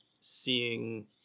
seeing